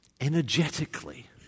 energetically